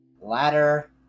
ladder